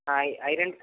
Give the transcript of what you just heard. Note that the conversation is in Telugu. I iron